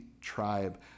tribe